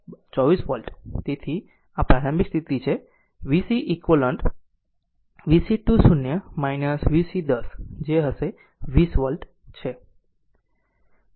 તેથી આ પ્રારંભિક સ્થિતિ છે તેથી v c eq v c 2 0 v c 1 0 હશે જે 20 વોલ્ટ છે